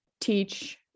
teach